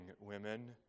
women